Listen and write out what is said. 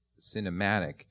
cinematic